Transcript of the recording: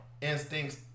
instincts